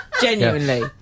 Genuinely